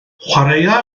chwaraea